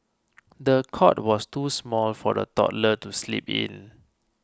the cot was too small for the toddler to sleep in